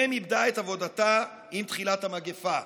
מ' איבדה את עבודתה עם תחילת המגפה.